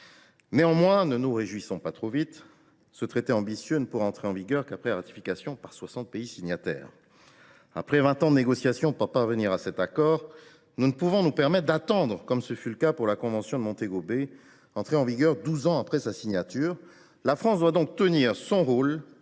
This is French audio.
Toutefois, ne nous réjouissons pas trop vite. Ce traité ambitieux ne pourra entrer en vigueur qu’après ratification par soixante pays signataires. Après vingt ans de négociations pour parvenir à cet accord, nous ne pouvons nous permettre d’attendre, comme ce fut le cas pour la convention de Montego Bay, entrée en vigueur douze ans après sa signature. La France doit donc tenir son rôle